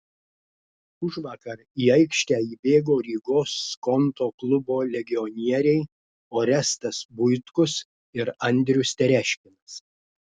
užvakar į aikštę įbėgo rygos skonto klubo legionieriai orestas buitkus ir andrius tereškinas